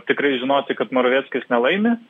tikrai žinoti kad moraveckis nelaimi